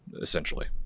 essentially